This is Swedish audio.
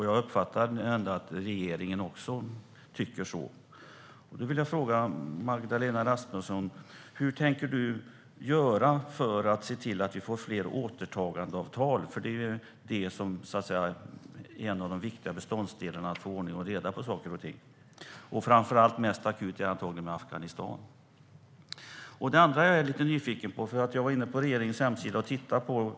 Jag uppfattar att regeringen också tycker så. Hur tänker Magda Rasmusson göra för att se till att det blir fler återtagandeavtal? Det är en av de viktiga beståndsdelarna för att få ordning och reda på saker och ting. Mest akut är antagligen Afghanistan. Jag har tittat på förslagen som kom förra veckan på regeringens hemsida.